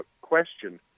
question